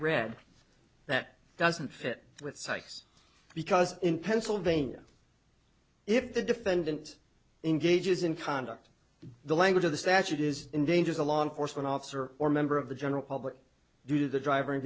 read that doesn't fit with sykes because in pennsylvania if the defendant engages in conduct the language of the statute is in danger is a law enforcement officer or member of the general public do the driver